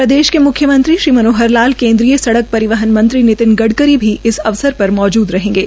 प्रदेश के मुख्यमंत्री श्री मनोहर लाल केंद्रीय सडक़ परिवहन मंत्री नितिन गडकरी भी इस अवसर पर मौजूद रहेंगे